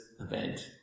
event